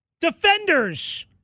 Defenders